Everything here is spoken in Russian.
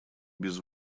без